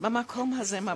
במקום הזה ממש,